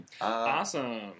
Awesome